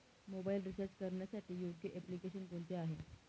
Mobile recharge करण्यासाठी योग्य application कोणते आहे?